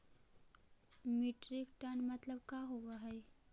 Metric ton मतलब का होव हइ?